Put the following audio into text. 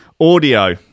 Audio